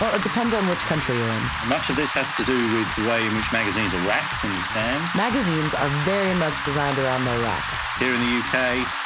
ah depends on which country you're in. much of these has to do with the way in which magazines are racked in the stands. magazines are very much designed around their racks. here in the u k,